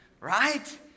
Right